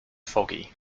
foggy